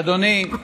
אדוני,